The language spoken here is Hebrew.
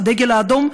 הדגל האדום.